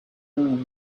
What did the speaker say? hour